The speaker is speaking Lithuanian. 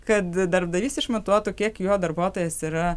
kad darbdavys išmatuotų kiek jo darbuotojas yra